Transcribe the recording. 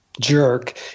jerk